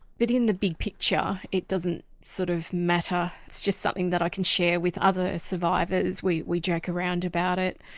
within the big picture it doesn't sort of matter, it's just something that i can share with other survivors, we we joke around about it.